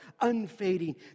unfading